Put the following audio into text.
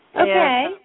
Okay